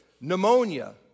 pneumonia